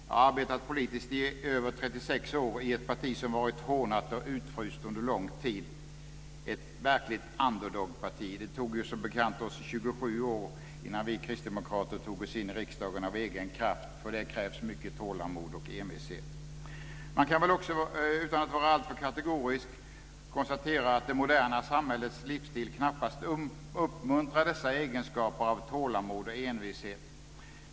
Jag har arbetat politiskt i över 36 år i ett parti som har varit hånat och utfryst under lång tid, ett verkligt underdog-parti. Det tog oss som bekant 27 år innan vi kristdemokrater tog oss in i riksdagen av egen kraft. För det krävs mycket tålamod och envishet. Man kan väl också utan att vara alltför kategorisk konstatera att det moderna samhällets livsstil knappast uppmuntrar dessa egenskaper av tålamod och envishet.